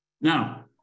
Now